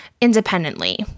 independently